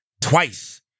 Twice